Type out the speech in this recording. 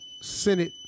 Senate